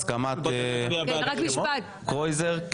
בואי תגידי את השמות, בואי נגמור עם זה, נו.